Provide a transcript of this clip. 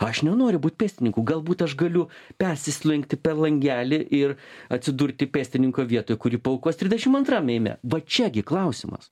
aš nenoriu būt pėstininku galbūt aš galiu persislinkti per langelį ir atsidurti pėstininko vietoj kurį paaukos trisdešim antram ėjime va čia gi klausimas